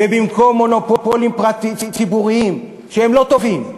ובמקום מונופולים ציבוריים, שהם לא טובים,